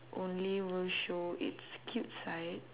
only will show its cute side